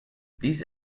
these